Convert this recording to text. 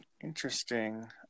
Interesting